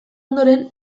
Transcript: ondoren